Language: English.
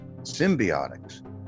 symbiotics